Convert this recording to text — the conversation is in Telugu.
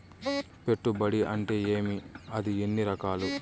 పెట్టుబడి అంటే ఏమి అది ఎన్ని రకాలు